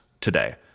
today